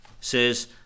Says